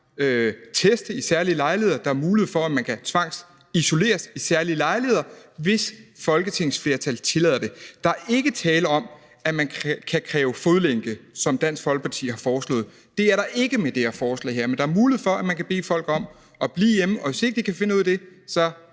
ved særlige lejligheder, og der er mulighed for, at man kan tvangsisoleres ved særlige lejligheder, hvis et folketingsflertal tillader det. Der er ikke tale om, at man kan kræve fodlænke, som Dansk Folkeparti har forslået. Det er der ikke med det her forslag, men der er mulighed for, at man kan bede folk om at blive hjemme, og hvis ikke de kan finde ud af det, så